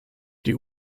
die